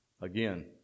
again